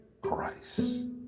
Christ